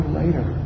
later